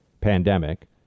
pandemic